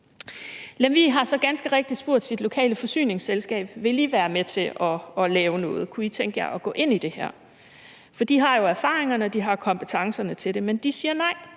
Kommune har så ganske rigtigt spurgt sit lokale forsyningsselskab: Vil I være med til at lave noget? Kunne I tænke jer at gå ind i det her? For de har jo erfaringerne, og de har kompetencerne til det, men de siger nej.